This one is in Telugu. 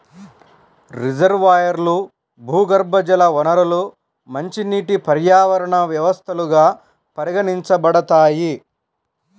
రిజర్వాయర్లు, భూగర్భజల వనరులు మంచినీటి పర్యావరణ వ్యవస్థలుగా పరిగణించబడతాయి